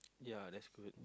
yeah that's good